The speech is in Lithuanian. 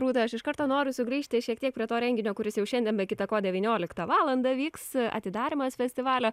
rūta aš iš karto noriu sugrįžti šiek tiek prie to renginio kuris jau šiandien be kita ko devynioliktą valandą vyks atidarymas festivalio